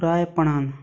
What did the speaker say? हो पुरायपणान